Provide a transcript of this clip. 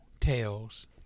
Tales